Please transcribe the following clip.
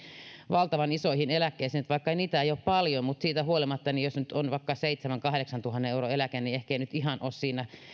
valtavan isoihin eläkkeisiin vaikka niitä ei ole paljon mutta siitä huolimatta jos nyt on vaikka seitsemäntuhannen viiva kahdeksantuhannen euron eläke niin ehkä ei nyt ihan ole